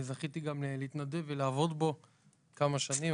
אני זכיתי גם להתנדב ולעבוד בו במשך כמה שנים.